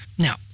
Now